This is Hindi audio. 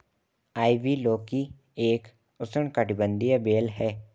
आइवी लौकी एक उष्णकटिबंधीय बेल है